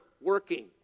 working